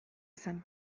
izan